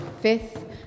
fifth